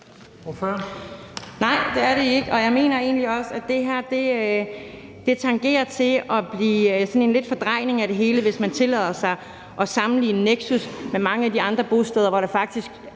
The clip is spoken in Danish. Nej, det er det ikke. Og jeg mener egentlig også, at det her tangerer til at blive sådan lidt en fordrejning af det hele, hvis man tillader sig at sammenligne Nexus med mange af de andre bosteder, hvor der faktisk